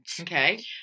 Okay